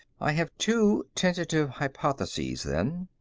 i have two tentative hypotheses, then.